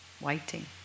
Waiting